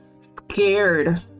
scared